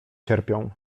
cierpią